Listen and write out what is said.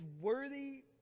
worthy